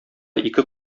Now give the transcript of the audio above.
ике